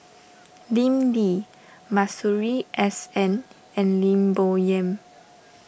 Lim Lee Masuri S N and Lim Bo Yam